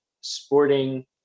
Sporting